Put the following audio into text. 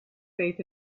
faith